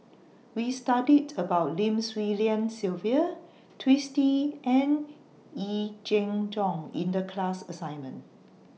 We studied about Lim Swee Lian Sylvia Twisstii and Yee Jenn Jong in The class assignment